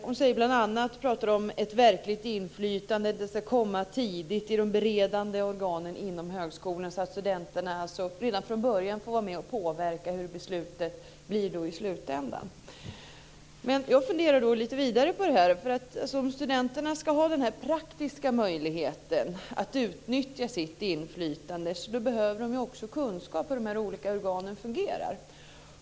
Hon pratar bl.a. om ett verkligt inflytande och att det ska komma tidigt i de beredande organen inom högskolorna så att studenterna redan från början vår vara med och påverka hur beslutet blir i slutändan. Jag funderar då lite vidare på det här. Om studenterna ska ha den praktiska möjligheten att utnyttja sitt inflytande behöver de också kunskaper om hur de olika organen fungerar.